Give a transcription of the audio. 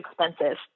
expensive